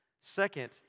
Second